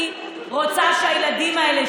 אני רוצה שהילדים האלה,